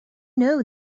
know